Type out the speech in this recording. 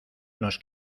nos